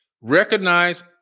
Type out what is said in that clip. recognize